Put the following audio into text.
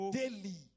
daily